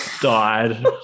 died